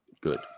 good